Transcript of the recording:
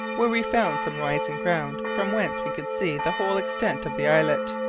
where we found some rising ground, from whence we could see the whole extent of the islet.